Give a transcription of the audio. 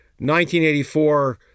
1984